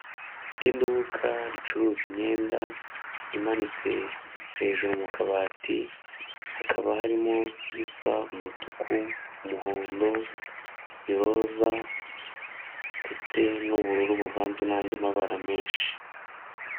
Iduka ricuruza imyenda imanitse hejuru mu kabati, hakaba harimo isa umutuku, umuhondo iroza ndetse n'ubururu buvanze n'andi mabara menshi.